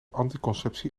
anticonceptie